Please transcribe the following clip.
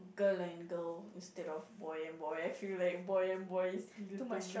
girl and girl instead of boy and boy I feel like boy and boy is